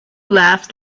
laughs